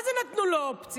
מה זה "נתנו לו אופציה"?